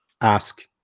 ask